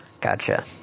gotcha